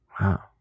Wow